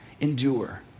endure